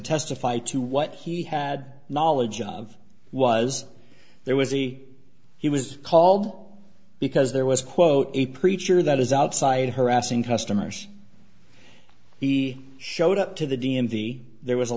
testify to what he had knowledge of was there was a he was called because there was quote a preacher that is outside harassing customers he showed up to the d m v there was a